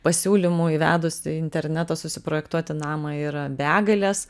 pasiūlymų įvedus internetą susiprojektuoti namą yra begalės